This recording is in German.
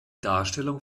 darstellung